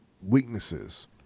weaknesses